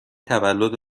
تولد